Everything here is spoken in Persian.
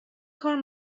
کار